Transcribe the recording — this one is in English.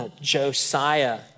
Josiah